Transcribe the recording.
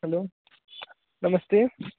hello नमस्ते